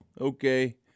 Okay